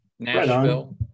nashville